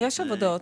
יש עבודות.